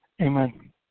Amen